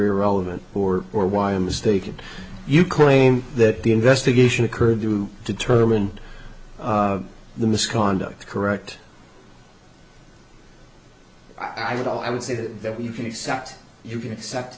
irrelevant or or why i'm mistaken you claimed that the investigation occurred to determine the misconduct correct i would i would say that you can accept you can accept